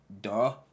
Duh